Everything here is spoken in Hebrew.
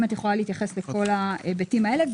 אם תוכלי להתייחס לכל ההיבטים האלה?